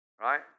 right